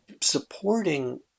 supporting